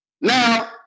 now